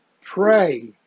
Pray